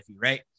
right